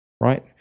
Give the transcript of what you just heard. right